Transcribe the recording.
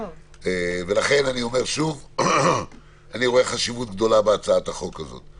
אומר שוב, אני רואה חשיבות רבה בהצעת החוק הזאת.